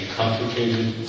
complicated